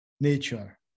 nature